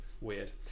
Weird